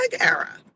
era